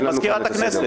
ממזכירת הכנסת.